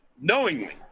knowingly